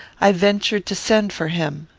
i ventured to send for him.